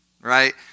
right